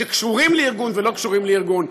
שקשורים לארגון ולא קשורים לארגון.